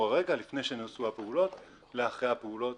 הרקע לפני שנעשו הפעולות לאחרי הפעולות,